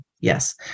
Yes